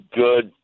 good